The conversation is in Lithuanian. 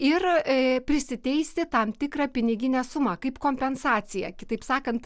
ir prisiteisti tam tikrą piniginę sumą kaip kompensaciją kitaip sakant